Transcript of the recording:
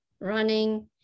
running